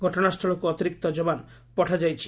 ଘଟଣାସ୍ଥଳୀକୁ ଅତିରିକ୍ତ ଯବାନ ପଠାଯାଇଛି